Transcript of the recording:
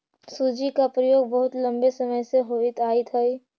सूजी का प्रयोग बहुत लंबे समय से होइत आयित हई